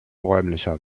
räumlicher